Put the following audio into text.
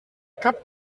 cap